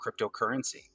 cryptocurrency